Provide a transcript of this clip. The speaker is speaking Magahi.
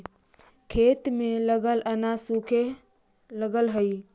खेत में लगल अनाज सूखे लगऽ हई